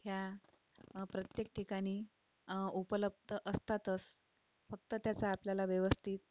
या प्रत्येक ठिकाणी उपलब्ध असतातच फक्त त्याचा आपल्याला व्यवस्थित